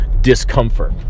discomfort